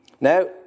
Now